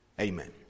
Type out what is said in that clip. amen